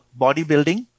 bodybuilding